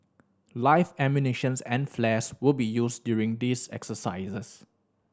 life ammunitions and flares will be used during these exercises